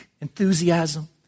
enthusiasm